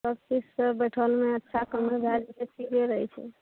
सबचीजसे बैठलमे अच्छा कमाइ भए जाए छै ठिके रहै छै